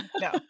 no